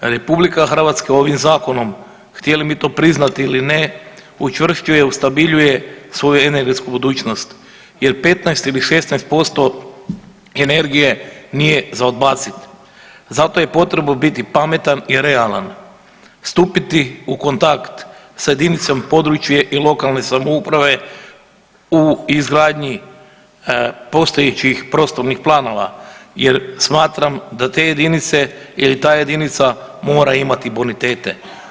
RH ovim zakonom htjeli mi to priznati ili ne učvršćuje i ustabiljuje svoju energetsku budućnost jer 15 ili 16% energije nije za odbacit, zato je potrebno biti pametan i realan, stupiti u kontakt sa jedinicom područne i lokalne samouprave u izgradnji postojećih prostornih planova jer smatram da te jedinice ili ta jedinica mora imati bonitete.